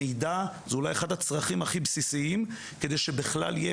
המידע זה אולי אחד הצרכים הכי בסיסיים כדי שבכלל יהיה